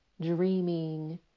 dreaming